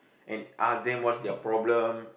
and ask them what's their problem